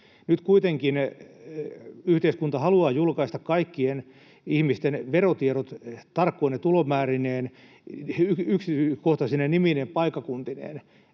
Nyt kuitenkin yhteiskunta haluaa julkaista kaikkien ihmisten verotiedot tarkkoine tulomäärineen, yksityiskohtaisine nimineen ja paikkakuntineen.